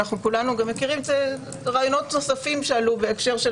וכולנו גם מכירים רעיונות נוספים שעלו בהקשר של